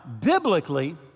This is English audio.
biblically